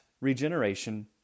regeneration